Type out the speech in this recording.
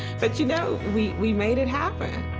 but, you know, we we made it happen.